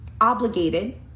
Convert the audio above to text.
obligated